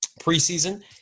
preseason